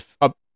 up